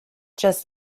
just